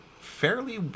fairly